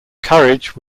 courage